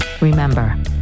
Remember